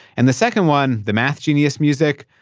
and the second one, the math genius music,